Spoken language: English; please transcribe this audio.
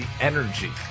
Energy